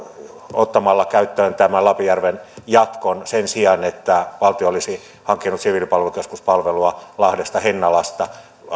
ottamalla käyttöön tämän lapinjärven jatkon sen sijaan että valtio olisi hankkinut siviilipalveluskeskuspalvelua lahdesta hennalasta